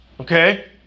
Okay